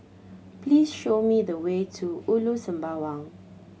please show me the way to Ulu Sembawang